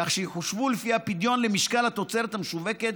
כך שיחושבו לפי הפדיון למשקל התוצרת המשווקת